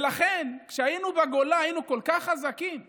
ולכן כשהיינו בגולה, היינו כל כך חזקים מורלית,